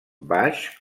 baix